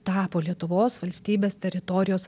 tapo lietuvos valstybės teritorijos